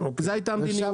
זו היתה המדיניות.